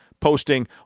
posting